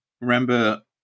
remember